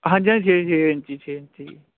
ਹਾਂਜੀ ਹਾਂਜੀ ਛੇ ਛੇ ਇੰਚੀ ਛੇ ਇੰਚੀ